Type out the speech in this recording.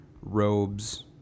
robes